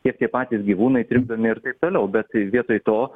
tiek tie patys gyvūnai trikdomi ir taip toliau bet vietoj to